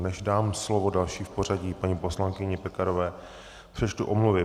Než dám slovo další v pořadí, paní poslankyni Pekarové, přečtu omluvy.